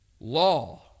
law